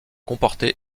comporter